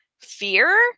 fear